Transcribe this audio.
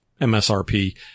MSRP